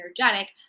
energetic